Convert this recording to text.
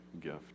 gift